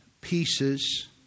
pieces